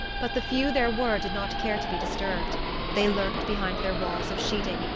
but the few there were did not care to be disturbed they lurked behind their walls of sheeting,